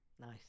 nice